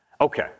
Okay